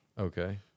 Okay